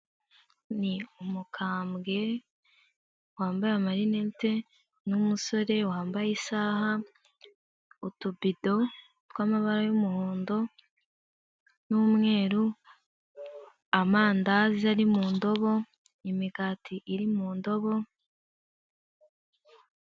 Ni umukambwe wambaye marinete n'umusore wambaye isaha, utubido tw'amabara y'umuhondo n'umweru, amandaze ari mu ndobo, imigati iri mu ndobo.